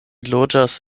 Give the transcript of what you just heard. loĝas